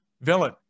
villain